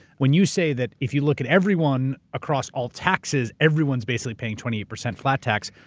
when you say that, if you look at everyone across all taxes, everyone's basically paying twenty eight percent flat tax,